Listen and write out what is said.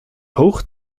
hoog